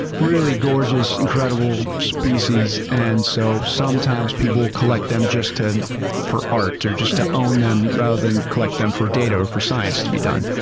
really gorgeous, incredible species. and so sometimes people will collect them just for art or just to own them rather than collect them for data or for science to be done.